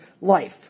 life